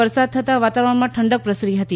વરસાદ થતાં વાતાવરણમાં ઠંડક પ્રસરી હતી